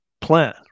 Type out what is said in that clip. plan